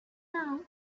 now